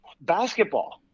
Basketball